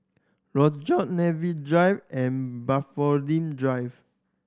Rochor Drive and Drive